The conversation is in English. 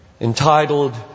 entitled